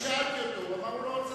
אני שאלתי אותו והוא אמר שהוא לא,